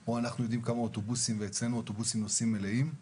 באפליקציה או שאנחנו יודעים כמה אוטובוסים נוסעים מלאים,